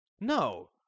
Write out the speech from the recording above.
No